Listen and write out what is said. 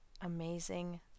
amazing